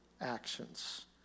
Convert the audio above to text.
actions